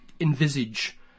envisage